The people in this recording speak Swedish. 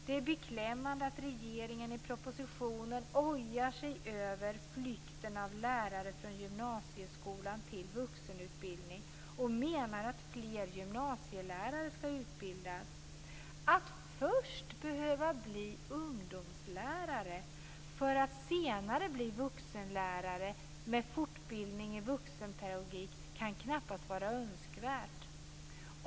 Det är beklämmande att regeringen i propositionen ojar sig över flykten av lärare från gymnasieskolan till vuxenutbildningen och menar att fler gymnasielärare skall utbildas. Att först behöva bli ungdomslärare för att senare bli vuxenlärare, med fortbildning i vuxenpedagogik, kan knappast vara önskvärt.